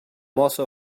also